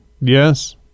Yes